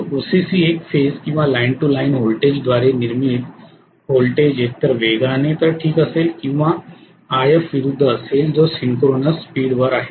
तर ओसीसी एक फेज किंवा लाइन टू लाइन व्होल्टेजद्वारे निर्मीत व्होल्टेज एकतर वेगाने तर ठीक असेल किंवा If विरुद्ध असेल जो सिंक्रोनस स्पीड वर आहे